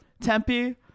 Tempe